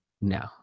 no